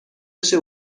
بشه